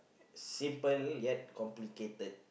simple yet complicated